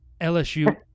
LSU